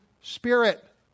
Spirit